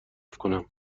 کنم